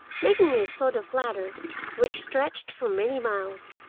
making a sort of ladder which stretched for many miles.